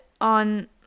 on